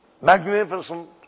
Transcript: magnificent